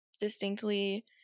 distinctly